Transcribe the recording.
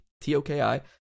T-O-K-I